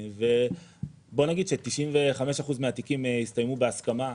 ובוא נגיד ש-95% מהתיקים הסתיימו בהסכמה,